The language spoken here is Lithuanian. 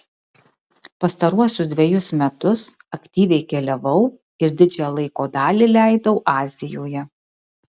pastaruosius dvejus metus aktyviai keliavau ir didžiąją laiko dalį leidau azijoje